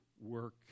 work